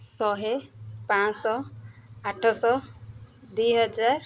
ଶହେ ପାଞ୍ଚଶହ ଆଠଶହ ଦୁଇହଜାର